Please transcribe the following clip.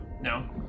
No